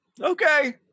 Okay